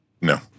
No